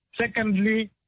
Secondly